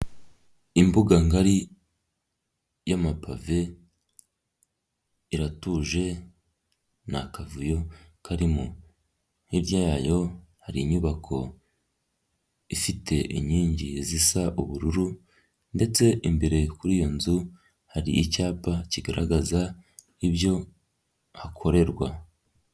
Imbuga ngari y'amapave, iratuje ntakavuyo karimo, hirya yayo hari inyubako, ifite inkingi zisa ubururu ndetse imbere kuri iyo nzu hari icyapa kigaragaza ibyo hakorerwa.